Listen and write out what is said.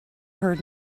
heard